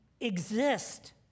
exist